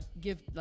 give